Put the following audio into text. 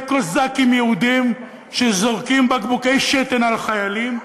קוזקים יהודים שזורקים בקבוקי שתן על חיילים,